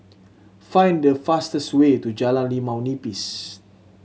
find the fastest way to Jalan Limau Nipis